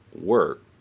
work